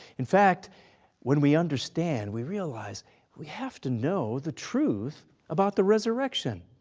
in fact when we understand we realize we have to know the truth about the resurrection,